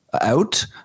out